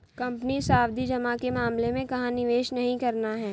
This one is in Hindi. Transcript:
कंपनी सावधि जमा के मामले में कहाँ निवेश नहीं करना है?